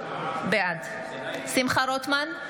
בעד שמחה רוטמן,